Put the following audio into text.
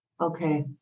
Okay